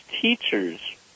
teachers